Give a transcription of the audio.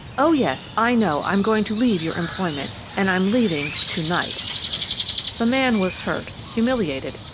oh, yes, i know i'm going to leave your employment, and i'm leaving to-night! the man was hurt, humiliated,